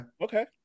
Okay